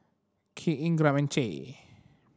Kirk Ingram and Che